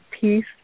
peace